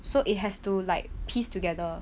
so it has to like piece together